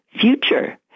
future